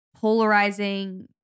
polarizing